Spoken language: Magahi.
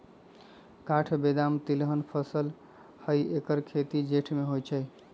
काठ बेदाम तिलहन फसल हई ऐकर खेती जेठ में होइ छइ